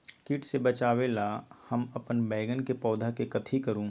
किट से बचावला हम अपन बैंगन के पौधा के कथी करू?